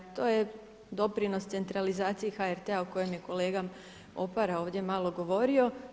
To je doprinos centralizaciji HRT-a o kojem je kolega Opara ovdje malo govorio.